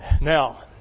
Now